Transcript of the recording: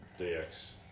DX